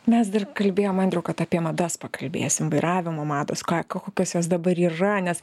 mes dar kalbėjom andriau kad apie madas pakalbėsim vairavimo mados ką ko kokios jos dabar yra nes